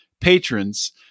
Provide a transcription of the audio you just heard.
patrons